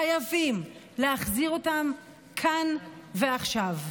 חייבים להחזיר אותם כאן ועכשיו.